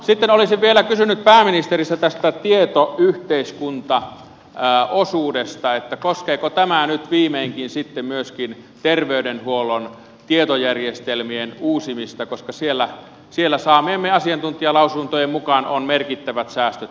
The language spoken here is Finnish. sitten olisin vielä kysynyt pääministeriltä tästä tietoyhteiskuntaosuudesta koskeeko tämä nyt viimeinkin sitten myöskin terveydenhuollon tietojärjestelmien uusimista koska siellä saamiemme asiantuntijalausuntojen mukaan on merkittävät säästöt saavutettavissa